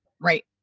Right